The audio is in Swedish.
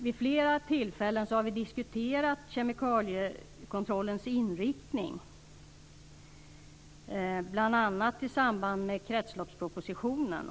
Vid flera tillfällen har vi diskuterat kemikaliekontrollens inriktning, bl.a. i samband med kretsloppspropositionen.